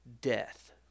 death